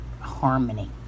harmony